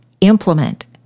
implement